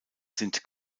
sind